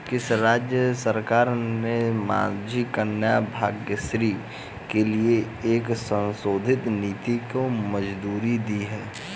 किस राज्य सरकार ने माझी कन्या भाग्यश्री के लिए एक संशोधित नीति को मंजूरी दी है?